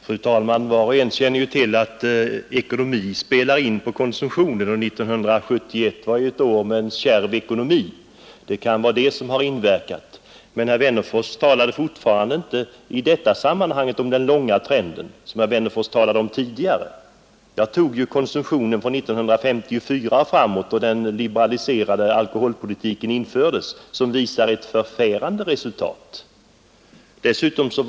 Fru talman! Var och en känner till att ekonomin påverkar konsumtionen. 1971 var ett år med en kärv ekonomi, vilket kan ha inverkat. Men herr Wennerfors talade fortfarande inte om den långa trend som herr Wennerfors tidigare nämnde. Jag utgick från 1954, då den liberaliserade alkoholpolitiken infördes, och från 1954 och framåt visar alkoholkonsumtionen en förfärande utveckling.